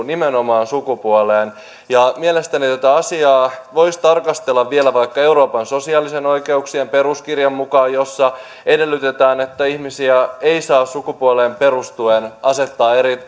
nimenomaan sukupuoleen mielestäni tätä asiaa voisi tarkastella vielä vaikka euroopan sosiaalisten oikeuksien peruskirjan mukaan jossa edellytetään että ihmisiä ei saa sukupuoleen perustuen asettaa